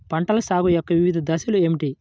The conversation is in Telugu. పంటల సాగు యొక్క వివిధ దశలు ఏమిటి?